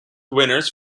winners